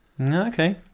Okay